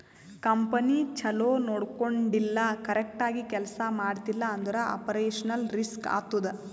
company ಛಲೋ ನೊಡ್ಕೊಂಡಿಲ್ಲ, correct ಆಗಿ ಕೆಲ್ಸಾ ಮಾಡ್ತಿಲ್ಲ ಅಂದುರ್ ಆಪರೇಷನಲ್ ರಿಸ್ಕ್ ಆತ್ತುದ್